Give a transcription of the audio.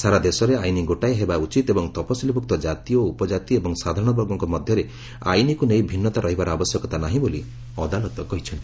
ସାରା ଦେଶରେ ଆଇନ ଗୋଟିଏ ହେବା ଉଚିତ ଏବଂ ତଫସିଲଭୁକ୍ତ ଜାତି ଓ ଉପଜାତି ଏବଂ ସାଧାରଣବର୍ଗଙ୍କ ମଧ୍ୟରେ ଆଇନକୁ ନେଇ ଭିନ୍ନତା ରହିବାର ଆବଶ୍ୟକତା ନାହିଁ ବୋଲି ଅଦାଲତ କହିଛନ୍ତି